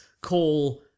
call